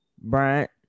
Bryant